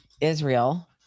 Israel—